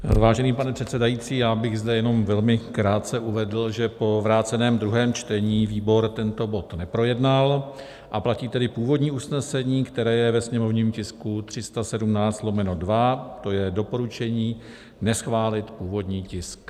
Vážený pane předsedající, jenom velmi krátce bych zde uvedl, že po vráceném druhém čtení výbor tento bod neprojednal, a platí tedy původní usnesení, které je ve sněmovním tisku 317/2, to je doporučení neschválit původní tisk.